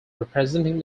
representing